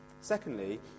Secondly